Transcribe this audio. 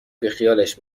بیخیالش